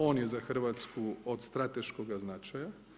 On je za Hrvatsku od strateškoga značaja.